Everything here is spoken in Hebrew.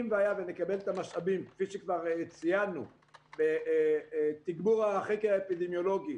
אם נקבל את המשאבים כפי שכבר ציינו בתגבור החקר האפידמיולוגי,